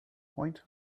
point